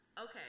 okay